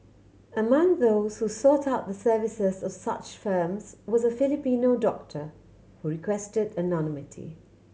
among those who sought out the services of such firms was a Filipino doctor who requested anonymity